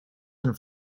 and